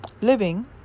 living